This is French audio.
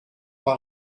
pas